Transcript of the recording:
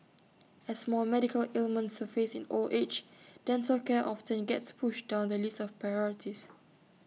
as more medical ailments surface in old age dental care often gets pushed down the list of priorities